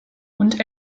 und